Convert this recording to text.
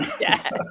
Yes